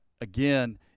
again